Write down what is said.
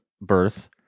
birth